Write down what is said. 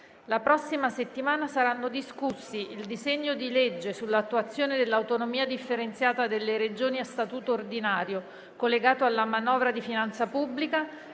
La prossima settimana saranno discussi il disegno di legge sull'attuazione dell'autonomia differenziata delle Regioni a statuto ordinario collegato alla manovra di finanza pubblica